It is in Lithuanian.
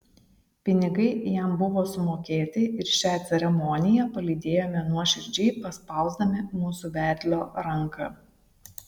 pinigai jam buvo sumokėti ir šią ceremoniją palydėjome nuoširdžiai paspausdami mūsų vedlio ranką